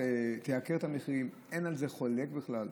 תייקר את המחירים ואין על זה חולק בכלל.